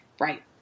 Right